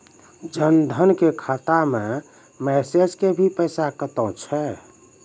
जन धन के खाता मैं मैसेज के भी पैसा कतो छ?